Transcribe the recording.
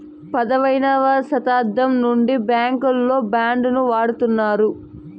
పదైదవ శతాబ్దం నుండి బ్యాంకుల్లో బాండ్ ను వాడుతున్నారు